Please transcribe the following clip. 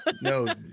no